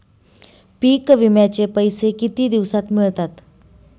पीक विम्याचे पैसे किती दिवसात मिळतात?